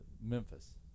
Memphis